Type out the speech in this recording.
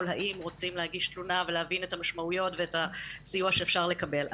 האם רוצים להגיש תלונה ולהבין את המשמעויות ואת הסיוע שאפשר לקבל.